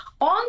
on